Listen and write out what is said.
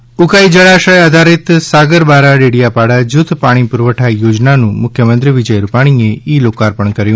ત ઉકાઈ જળાશય આધારિત સાગરબારા ડેડીયાપાડા જૂથ પાણી પુરવઠા યોજનાનું મુખ્યમંત્રી વિજય રૂપાણીએ ઈ લોકાર્પણ કર્યું